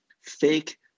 fake